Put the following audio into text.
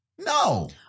No